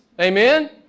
Amen